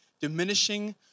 diminishing